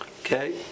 Okay